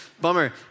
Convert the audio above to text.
Bummer